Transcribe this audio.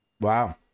Wow